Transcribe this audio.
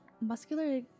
Muscular